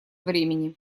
времени